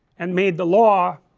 and made the law,